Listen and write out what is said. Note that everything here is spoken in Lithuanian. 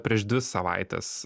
prieš dvi savaites